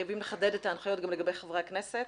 חייבים לחדד את ההנחיות גם לגבי חברי הכנסת.